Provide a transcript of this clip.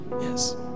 Yes